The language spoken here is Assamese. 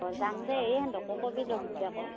অঁ যাম দে এই সিহঁতকো ক'বি